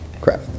Crap